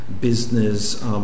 business